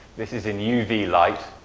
this is in uv light.